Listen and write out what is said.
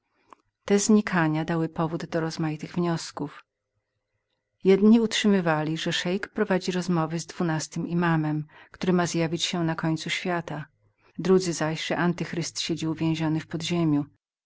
te znikania dały powód do rozmaitych wniosków jedni utrzymywali że szeik prowadził rozmowy z dwunastym imanem który ma zjawić się mana końcu świata drudzy zaś że antychryst siedział uwięziony w podziemiu